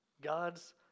God's